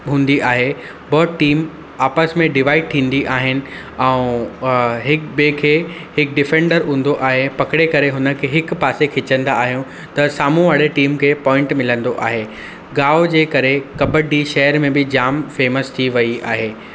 हूंदी आहे ॿ टीम आपसि में डिवाइड थींदी आहिनि ऐं अ हिक ॿिए खे हिकु डिफेंडर हूंदो आहे पकिड़े करे हुनखे हिकु पासे छिकंदा आहियूं त साम्हूं वारे टीम खे पॉइंट मिलंदो आहे गांव जे करे कबड्डी शहर में बि जाम फेमस थी वई आहे